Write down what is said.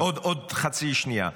עוד חצי שנייה.